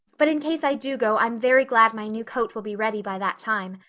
but in case i do go i'm very glad my new coat will be ready by that time.